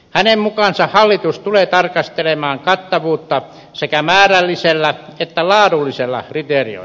hänen mukaansa hallitus tulee tarkastelemaan kattavuutta sekä määrällisillä että laadullisilla kriteereillä